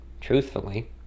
truthfully